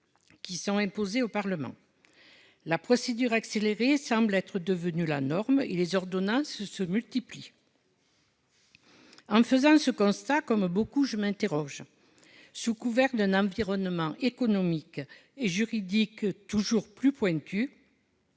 plus courts imposés au Parlement. La procédure accélérée semble être devenue la norme et les ordonnances se multiplient. En faisant ce constat, comme beaucoup, je m'interroge. Sous couvert d'un environnement économique et juridique toujours plus pointu,